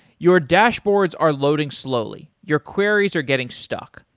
your dashboards are loading slowly, your queries are getting stuck,